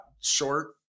short